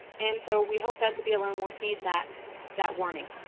and so we hope that the blm will um will heed that that warning.